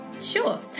Sure